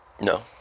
No